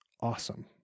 awesome